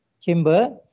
chamber